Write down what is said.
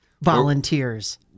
volunteers